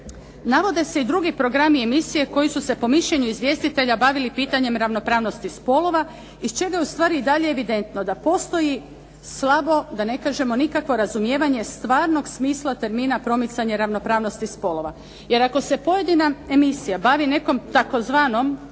Navode se i drugi programi i emisije koji su se po mišljenju izvjestitelja bavili pitanjem ravnopravnosti spolova iz čega je ustvari i dalje evidentno da postoji slabo da ne kažemo nikakvo razumijevanje stvarnog smisla termina promicanja ravnopravnosti spolova jer ako se pojedina emisija bavi nekom tzv.